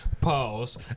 Pause